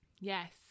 Yes